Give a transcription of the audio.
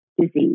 disease